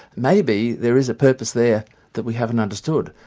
maybe there is a purpose there that we haven't understood,